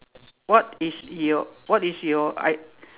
what is your what is your I